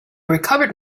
recovered